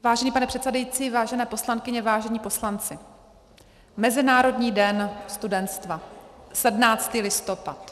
Vážený pane předsedající, vážené poslankyně, vážení poslanci, Mezinárodní den studentstva, 17. listopad.